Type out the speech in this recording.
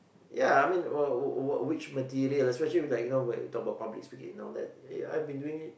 ya I mean or what what what which material especially you know like talk about public speaking I've been doing it